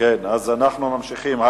אנחנו ממשיכים.